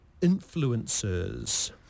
influencers